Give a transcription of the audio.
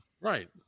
Right